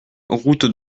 route